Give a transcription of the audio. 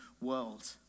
world